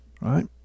right